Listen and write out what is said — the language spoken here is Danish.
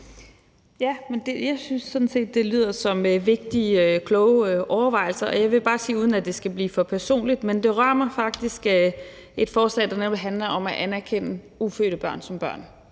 Jeg synes sådan set, det lyder som vigtige, kloge overvejelser, og jeg vil bare sige, uden at det skal blive for personligt, at det faktisk rører mig, når der er et forslag, der netop handler om at anerkende ufødte børn som børn.